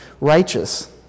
righteous